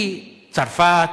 היא צרפת,